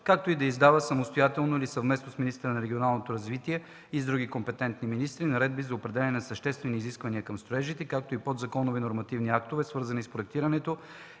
както и да издава самостоятелно или съвместно с министъра на регионалното развитие и с други компетентни министри наредби за определяне на съществените изискванията към строежите, както и подзаконови нормативни актове, свързани с проектирането,